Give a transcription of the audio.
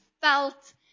felt